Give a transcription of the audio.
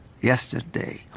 Yesterday